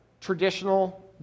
traditional